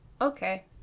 Okay